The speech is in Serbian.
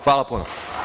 Hvala puno.